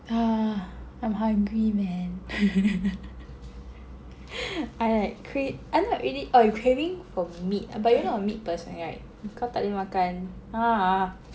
I'm hungry man I like cra~ oh you're craving for meat ah but you're not a meat person right kau tak boleh makan